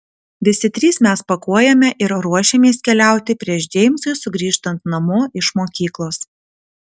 visi trys mes pakuojame ir ruošiamės keliauti prieš džeimsui sugrįžtant namo iš mokyklos